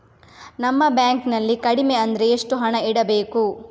ನಮ್ಮ ಬ್ಯಾಂಕ್ ನಲ್ಲಿ ಕಡಿಮೆ ಅಂದ್ರೆ ಎಷ್ಟು ಹಣ ಇಡಬೇಕು?